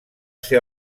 ser